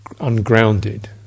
ungrounded